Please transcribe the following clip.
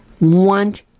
want